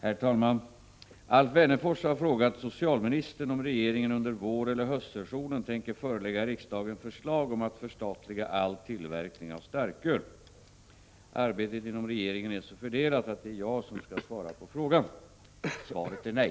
Är systembolagschefen Gabriel Romanus propåer enligt socialministerns uppfattning så seriösa att regeringen under våreller höstsessionen tänker förelägga riksdagen förslag om att förstatliga all tillverkning av starköl?